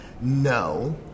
no